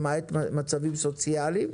למעט מצבים סוציאליים.